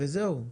וזהו.